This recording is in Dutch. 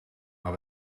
maar